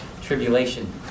tribulation